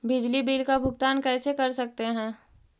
बिजली बिल का भुगतान कैसे कर सकते है?